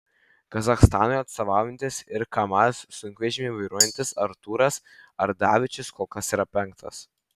kazachstanui atstovaujantis ir kamaz sunkvežimį vairuojantis artūras ardavičius kol kas yra penktas